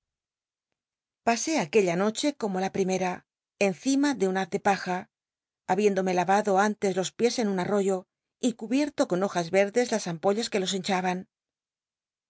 pasé aquella noche como la primera encima de un haz de paja habiéndome lavado antes los piés en un artoyo y cubierto con hojas verdes las ampollas que los hinchaban